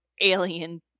alien